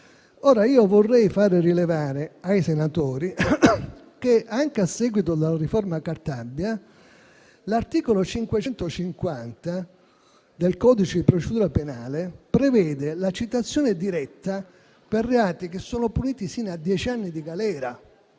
Ora, vorrei far rilevare ai senatori che, anche a seguito della riforma Cartabia, l'articolo 550 del codice di procedura penale prevede la citazione diretta per reati puniti sino a dieci anni di galera: